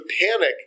panic